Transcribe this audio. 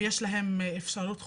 ויש להם אפשרות חוקית.